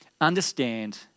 understand